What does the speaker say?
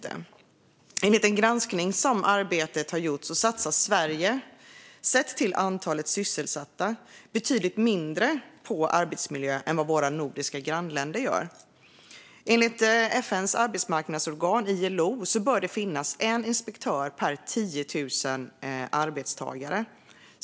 Enligt en granskning som Arbetet har gjort satsar Sverige sett till antalet sysselsatta betydligt mindre på arbetsmiljö än vad våra nordiska grannländer gör. Enligt FN:s arbetsmarknadsorgan ILO bör det finnas en inspektör per 10 000 arbetstagare.